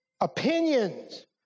Opinions